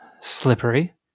Slippery